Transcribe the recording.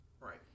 Right